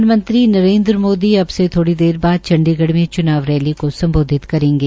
प्रधानमंत्री नरेन्द्र मोदी अब से थोड़ी बाद चंडीगढ़ में चुनाव रैली को सम्बोधित करेंगे